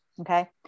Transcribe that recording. Okay